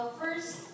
First